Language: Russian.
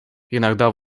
иногда